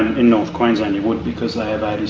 in north queensland you would because they have